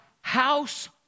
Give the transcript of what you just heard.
House